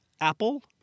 apple